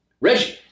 Reggie